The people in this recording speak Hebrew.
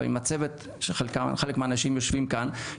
עם הצוות שחלק מהאנשים יושבים כאן.